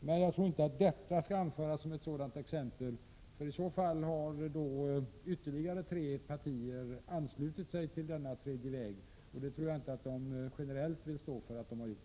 Men jag tror inte att detta bör räknas som ett exempel på den tredje vägens politik, för i så fall har ytterligare tre partier anslutit sig till denna tredje väg, och det tror jag inte att de generellt vill stå för att de har gjort.